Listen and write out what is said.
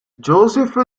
joseph